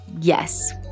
yes